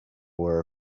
wear